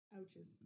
Ouches